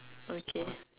okay